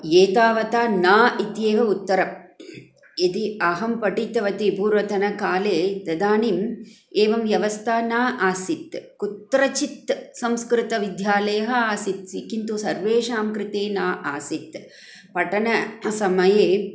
एतावता न इत्येव उत्तरम् यदा अहम् पठितवती पूर्वतनकाले तदानीम् एवं व्यवस्था न आसीत् कुत्रचित् संस्कृतविद्यालयः आसीत् किन्तु सर्वेषां कृते न आसीत् पठन समये